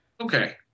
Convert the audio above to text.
Okay